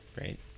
right